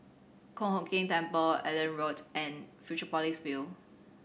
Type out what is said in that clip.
Kong Hock Keng Temple Allenby Road and Fusionopolis View